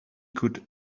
could